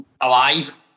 alive